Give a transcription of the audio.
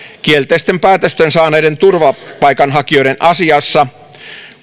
kielteisten päätösten saaneiden turvapaikanhakijoiden asiassa